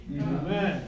Amen